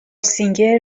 سینگر